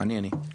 אני, אני.